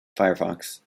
firefox